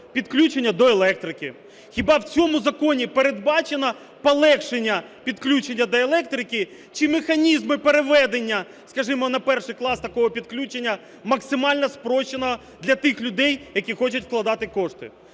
підключення до електрики. Хіба в цьому законі передбачено полегшення підключення до електрики чи механізми переведення, скажімо, на перший клас такого підключення, максимально спрощеного для тих людей, які хочуть вкладати кошти?